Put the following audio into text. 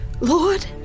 Lord